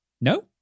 No